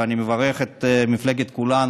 ואני מברך את מפלגת כולנו,